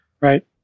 Right